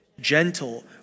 gentle